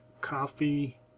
Coffee